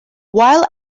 while